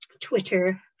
Twitter